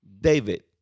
David